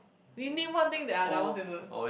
we need one thing that are double standard